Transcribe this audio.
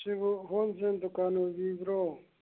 ꯁꯤꯕꯨ ꯍꯣꯜꯁꯦꯜ ꯗꯨꯀꯥꯟ ꯑꯣꯏꯕꯤꯕ꯭ꯔꯣ